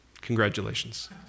congratulations